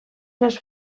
les